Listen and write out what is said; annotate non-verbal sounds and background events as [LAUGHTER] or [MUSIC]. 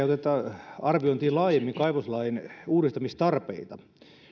[UNINTELLIGIBLE] oteta arviointiin laajemmin kaivoslain uudistamistarpeita